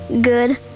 Good